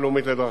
מע"צ,